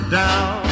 down